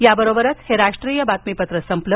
याबरोबरच हे राष्ट्रीय बातमीपत्र संपलं